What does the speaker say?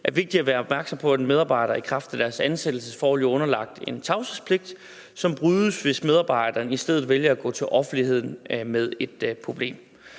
jo er vigtigt at være opmærksom på, at en medarbejder i kraft af sit ansættelsesforhold er underlagt en tavshedspligt, som brydes, hvis medarbejderen i stedet vælger at gå til offentligheden med et problem.